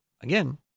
again